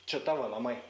čia tavo namai